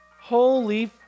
Holy